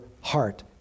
heart